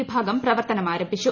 വിഭാഗം പ്രവർത്തനം ആരംഭിച്ചു